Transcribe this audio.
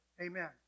Amen